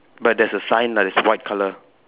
but there's a sign lah that's white colour